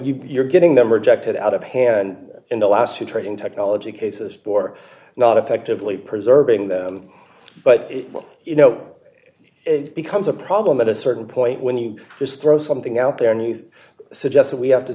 you're getting them rejected out of hand in the last two trading technology cases for not effectively preserving them but you know it becomes a problem at a certain point when you just throw something out there news suggested we have to